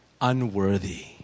Unworthy